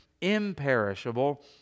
...imperishable